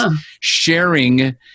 sharing